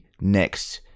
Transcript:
next